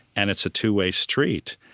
and it's a two-way street,